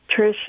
Trish